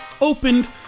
opened